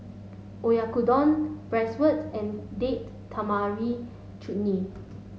Oyakodon Bratwurst and Date Tamarind Chutney